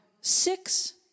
six